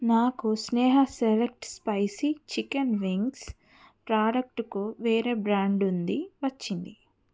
నాకు select spicy chicken wings ప్రాడక్టుకు వేరే బ్రాండ్ది వచ్చింది